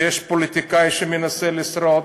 שיש פוליטיקאי שמנסה לשרוד,